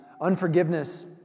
Unforgiveness